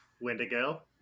Wendigo